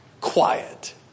quiet